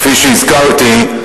כפי שהזכרתי,